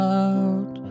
out